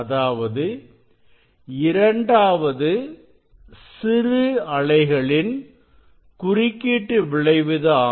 அதாவது இரண்டாவது சிறுஅலைகளின் குறுக்கீட்டு விளைவுதான்